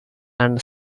and